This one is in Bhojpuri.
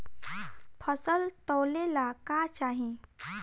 फसल तौले ला का चाही?